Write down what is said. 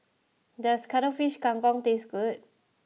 does Cuttlefish Kang Kong taste good